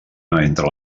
entre